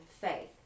faith